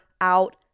out